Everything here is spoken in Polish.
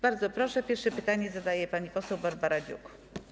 Bardzo proszę, pierwsze pytanie zadaje pani poseł Barbara Dziuk.